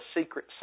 secret